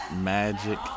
Magic